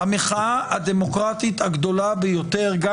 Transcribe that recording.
המחאה הדמוקרטית הגדולה ביותר גם